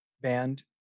band